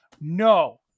No